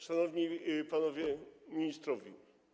Szanowni Panowie Ministrowie!